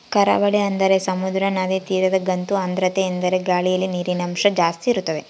ಕರಾವಳಿ ಅಂದರೆ ಸಮುದ್ರ, ನದಿ ತೀರದಗಂತೂ ಆರ್ದ್ರತೆಯೆಂದರೆ ಗಾಳಿಯಲ್ಲಿ ನೀರಿನಂಶ ಜಾಸ್ತಿ ಇರುತ್ತದೆ